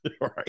right